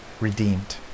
redeemed